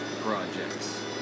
projects